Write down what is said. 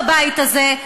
בבית הזה,